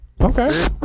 Okay